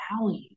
value